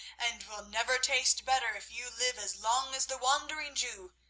and will never taste better if you live as long as the wandering jew.